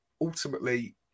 Ultimately